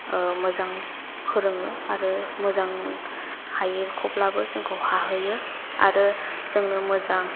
मोजां फोरोङो आरो मोजां हायैखौब्लाबो जोंखौ हाहोयो आरो जोंनो मोजां